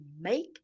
make